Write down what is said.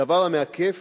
דבר המעכב